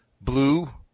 blue